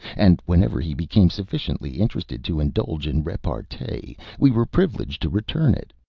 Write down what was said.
and whenever he became sufficiently interested to indulge in repartee we were privileged to return it.